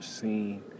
seen